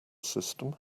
system